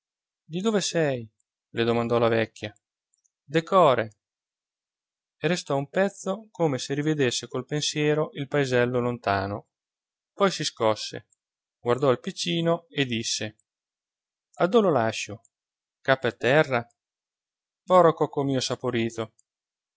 di dove sei le domandò la vecchia de core e restò un pezzo come se rivedesse col pensiero il paesello lontano poi si scosse guardò il piccino e disse addo lo lascio qua pe tera pro cocco mio saporito